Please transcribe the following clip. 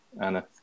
Anna